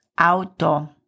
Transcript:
auto